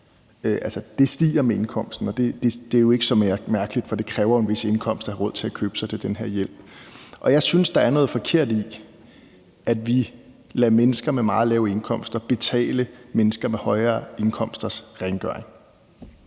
stiger med indkomsten, og det er jo ikke så mærkeligt, for det kræver en vis indkomst at have råd til at købe sig til den her hjælp. Jeg synes, der er noget forkert i, at vi lader mennesker med meget lave indkomster betale mennesker med højere indkomsters rengøring.